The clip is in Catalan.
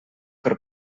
per